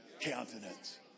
countenance